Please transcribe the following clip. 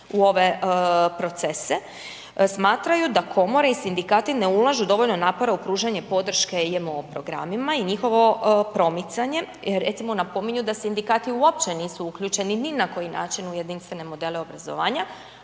u ove procese, smatraju da komore i sindikati ne ulažu dovoljno napora u pružanje podrške JMO programima i njihovo promicanje jer, recimo, napominju da sindikati uopće nisu uključeni ni na koji način u jedinstvene modele obrazovanja,